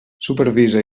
supervisa